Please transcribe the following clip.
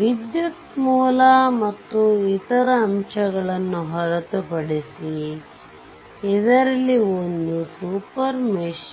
ವಿದ್ಯುತ್ ಮೂಲ ಮತ್ತು ಇತರ ಅಂಶಗಳನ್ನು ಹೊರತುಪಡಿಸಿ ಇದರಲ್ಲಿ ಒಂದು ಸೂಪರ್ ಮೆಶ್